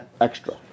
extra